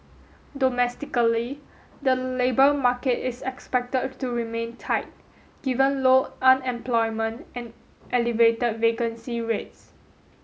domestically the labour market is expected to remain tight given low unemployment and elevated vacancy rates